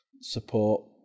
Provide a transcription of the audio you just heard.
support